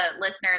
listeners